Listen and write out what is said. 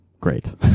Great